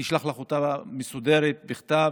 אני אשלח לך אותה מסודרת, בכתב,